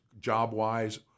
job-wise